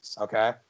okay